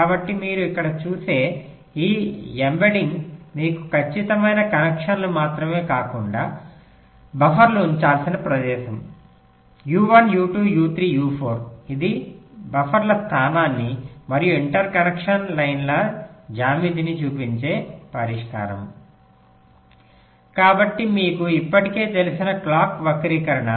కాబట్టి మీరు ఇక్కడ చూసే ఈ ఎంబెడ్డింగ్ మీకు ఖచ్చితమైన కనెక్షన్లు మాత్రమే కాకుండా బఫర్లు ఉంచాల్సిన ప్రదేశం U1 U2 U3 U4 ఇది బఫర్ల స్థానాన్ని మరియు ఇంటర్ కనెక్షన్ లైన్ల జ్యామితిని చూపించే పరిష్కారం కాబట్టి మీకు ఇప్పటికే తెలిసిన క్లాక్ వక్రీకరణ